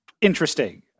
interesting